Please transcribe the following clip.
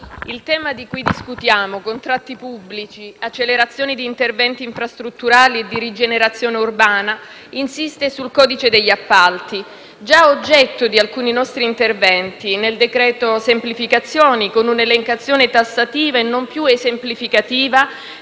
il tema di cui discutiamo (contratti pubblici, accelerazione di interventi infrastrutturali e di rigenerazione urbana) insiste sul codice degli appalti, già oggetto di alcuni nostri interventi: nel decreto-legge sulle semplificazioni, con un'elencazione tassativa e non più esemplificativa